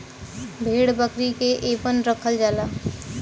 भेड़ बकरी के एमन रखल जाला